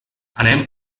anem